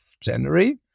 January